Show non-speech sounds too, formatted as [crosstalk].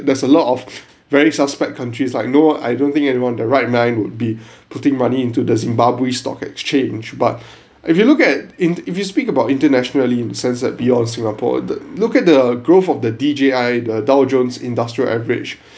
there's a lot of very suspect countries like no I don't think anyone in the right mind would be [breath] putting money into the zimbabwe stock exchange but [breath] if you look at if you speak about internationally in the sense that beyond singapore the look at the growth of the D_J_I the dow jones industrial average